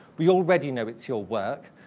we already know it's your work.